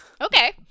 Okay